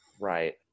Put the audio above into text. Right